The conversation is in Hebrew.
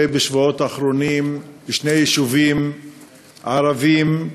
בשבועות האחרונים בשני יישובים ערביים,